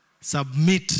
submit